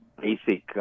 basic